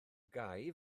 gau